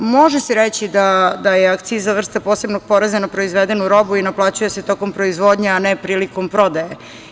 Može se reći da je akciza vrsta posebnog poreza na proizvedenu robu i naplaćuje se tokom proizvodnje, a ne prilikom prodaje.